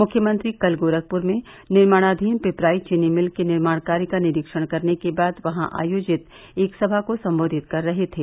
मुख्यमंत्री कल गोरखपुर में निर्माणधीन पिपराईच चीनी मिल के निर्माण कार्य का निरीक्षण करने के बाद वहां आयोजित एक सभा को सम्बोधित कर रहे थे